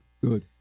Good